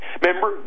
Remember